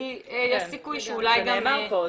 כי יש סיכוי שאולי הם --- זה נאמר פה.